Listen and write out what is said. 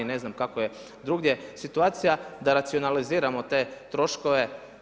Ne znam kako je drugdje situacija da racionaliziramo te troškove.